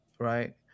Right